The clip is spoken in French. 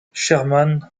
sherman